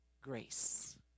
grace